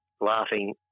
laughing